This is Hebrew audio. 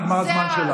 נגמר הזמן שלך.